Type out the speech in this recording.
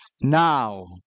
now